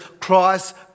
Christ